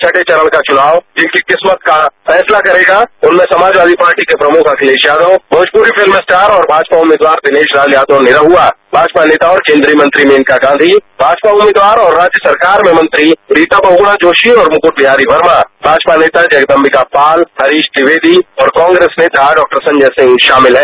छठे चरण का चुनाव जिनकी किस्मत का फैसला करेगा उनमे समाजवादी पार्टी के प्रमुख अखिलेश यादव भोजपुरी फिल्म स्टार और भाजपा उम्मीदवार दिनेश लाल यादव निरहुआ भाजपा नेता और केंद्रीय मंत्री मेनका गांधी भाजपा उम्मीदवार और राज्य सरकार में मंत्री रीता बहग्णा जोशी और मुक्ट बिहारी वर्मा भाजपा नेता जगदबिका पाल हरीश ट्विवेदी और कांग्रेस नेता डॉक्टर संजय सिंह शामिल है